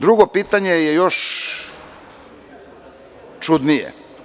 Drugo pitanje je još čudnije.